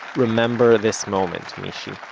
remember this moment, mishy.